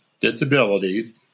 disabilities